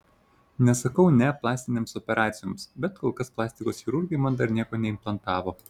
nesakau ne plastinėms operacijoms bet kol kas plastikos chirurgai man dar nieko neimplantavo